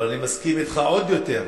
אבל אני מסכים אתך עוד יותר,